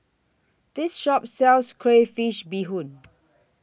This Shop sells Crayfish Beehoon